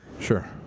sure